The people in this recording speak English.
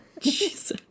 Jesus